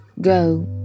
Go